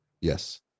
Yes